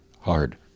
hard